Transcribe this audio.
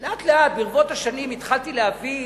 לאט-לאט, ברבות השנים, התחלתי להבין